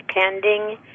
pending